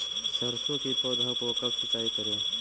सरसों की पौधा को कब सिंचाई करे?